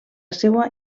seua